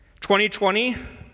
2020